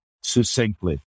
succinctly